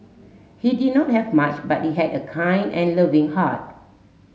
he did not have much but he had a kind and loving heart